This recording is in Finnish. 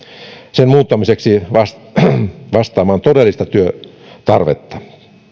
sen muuttamiseksi vastaamaan vastaamaan todellista työn tarvetta